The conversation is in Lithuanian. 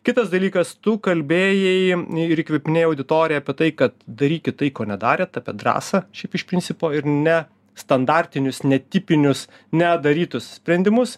kitas dalykas tu kalbėjai ir įkvepinėjai auditoriją apie tai kad darykit tai ko nedarėt apie drąsą šiaip iš principo ir ne standartinius netipinius nedarytus sprendimus